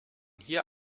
hier